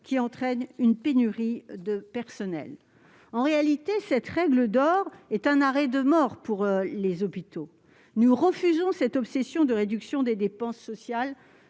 ainsi une pénurie de personnels. En réalité, cette règle d'or est un arrêt de mort pour les hôpitaux. Nous refusons cette obsession de réduction des dépenses sociales,